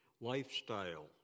Lifestyle